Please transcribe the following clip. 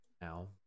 Now